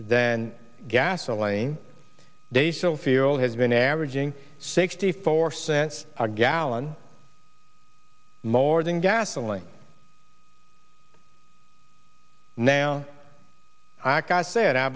then gasoline diesel fuel has been averaging sixty four cents a gallon more than gasoline now i gotta sa